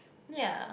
ya